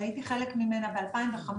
שהייתי חלק ממנה ב-2015,